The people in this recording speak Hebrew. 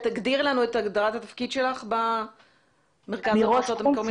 תגדירי לנו את הגדרת התפקיד שלך במרכז המועצות האזוריות.